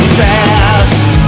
fast